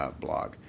blog